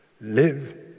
Live